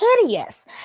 Hideous